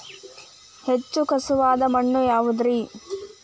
ಹೆಚ್ಚು ಖಸುವಾದ ಮಣ್ಣು ಯಾವುದು ರಿ?